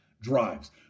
drives